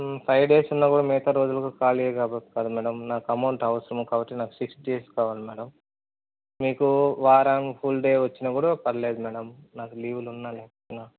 five days ఉన్నా కూడా మిగతా రోజుల్లో ఖాళీయే కదా మేడం నాకు అమౌంట్ అవసరం కాబట్టి నాకు సిక్స్ డేస్ కావాలి మేడం మీకు వారం ఫుల్ డే వచ్చినా కూడా పర్వాలేదు మేడం నాకు లీవ్లు ఉన్నా లేకపోయినా